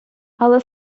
але